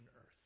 earth